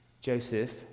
Joseph